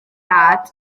dad